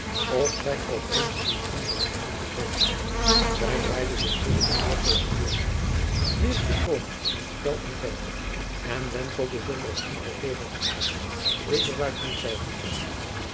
of zij op eens eene andere richting verkreeg zij draaide zich tusschen de voorkegels door wierp den koning van het spel omver en wentelde zonder een anderen kegel te raken weder buiten hetzelve